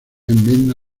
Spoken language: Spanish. enmienda